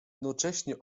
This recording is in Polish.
nocześnie